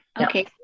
Okay